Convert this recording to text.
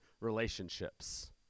relationships